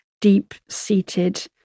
deep-seated